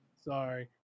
sorry